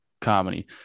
comedy